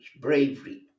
bravery